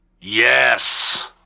Yes